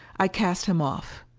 i cast him off.